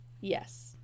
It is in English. Yes